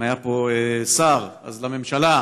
אם היה פה שר, אז לממשלה,